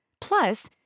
Plus